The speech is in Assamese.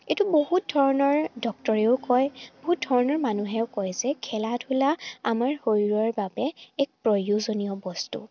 এইটো বহুত ধৰণৰ ডক্টৰেও কয় বহুত ধৰণৰ মানুহেও কয় যে খেলা ধূলা আমাৰ শৰীৰৰ বাবে এক প্ৰয়োজনীয় বস্তু